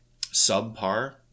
subpar